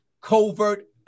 covert